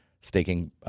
staking